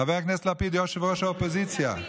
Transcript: ראש האופוזיציה,